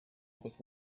with